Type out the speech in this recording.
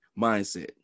mindset